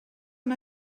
amb